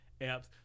apps